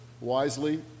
wisely